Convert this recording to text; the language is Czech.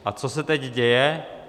A co se teď děje?